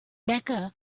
becca